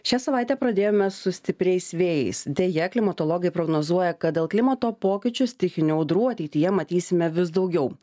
šią savaitę pradėjome su stipriais vėjais deja klimatologai prognozuoja kad dėl klimato pokyčių stichinių audrų ateityje matysime vis daugiau